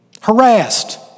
harassed